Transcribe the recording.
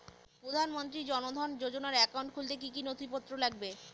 প্রধানমন্ত্রী জন ধন যোজনার একাউন্ট খুলতে কি কি নথিপত্র লাগবে?